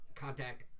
Contact